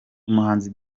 umuhanzi